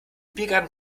biergarten